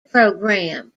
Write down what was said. program